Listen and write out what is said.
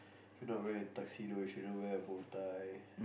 if you're not wearing a tuxedo you shouldn't wear a bow tie